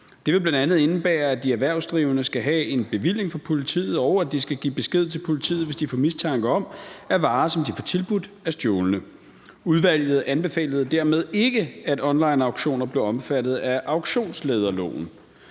Det vil bl.a. indebære, at de erhvervsdrivende skal have en bevilling fra politiet, og at de skal give besked til politiet, hvis de får mistanke om, at varer, som bliver tilbudt, er stjålet. Udvalget anbefalede dermed ikke, at onlineauktioner blev omfattet af auktionslederloven.